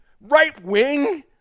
right-wing